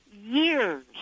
years